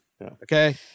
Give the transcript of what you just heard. Okay